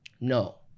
No